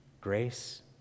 Grace